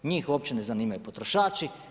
Njih uopće ne zanimaju potrošači.